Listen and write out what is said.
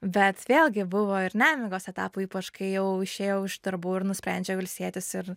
bet vėlgi buvo ir nemigos etapų ypač kai jau išėjau iš darbų ir nusprendžiau ilsėtis ir